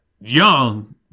young